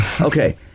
Okay